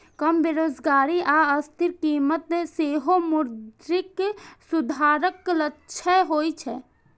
कम बेरोजगारी आ स्थिर कीमत सेहो मौद्रिक सुधारक लक्ष्य होइ छै